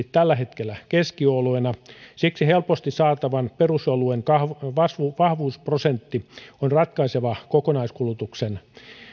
tällä hetkellä yhdeksänkymmentä prosenttisesti keskioluena siksi helposti saatavan perusoluen vahvuusprosentti on ratkaiseva kokonaiskulutuksen